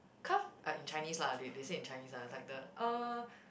come ah in Chinese lah they they say in Chinese lah like the uh